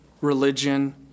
religion